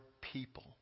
people